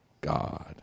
God